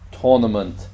tournament